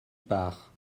part